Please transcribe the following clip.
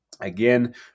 again